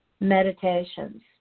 Meditations